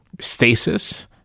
stasis